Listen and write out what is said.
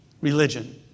religion